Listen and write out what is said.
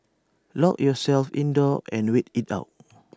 lock yourselves indoors and wait IT out